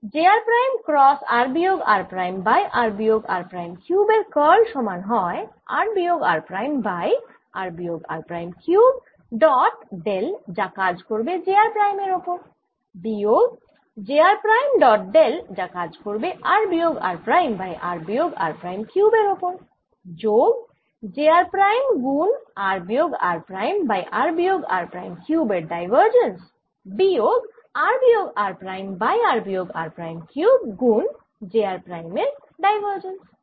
j r prime cross r বিয়োগ r prime by r বিয়োগ r prime cube এর curl সমান হয় r বিয়োগ r প্রাইম বাই r বিয়োগ r prime cube dot del যা কাজ করবে j r প্রাইম এর ওপর বিয়োগ j r prime dot del যা কাজ করবে r বিয়োগ r প্রাইম বাই r বিয়োগ r প্রাইম কিউব এর ওপর যোগ j r প্রাইম গুন r বিয়োগ r প্রাইম বাই r বিয়োগ r প্রাইম কিউব এর ডাইভার্জেন্স বিয়োগ r বিয়োগ r প্রাইম বাই r বিয়োগ r প্রাইম কিউব গুন j r প্রাইম এর ডাইভার্জেন্স